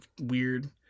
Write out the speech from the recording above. weird